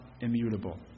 immutable